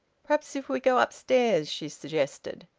perhaps if we go upstairs, she suggested.